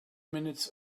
minutes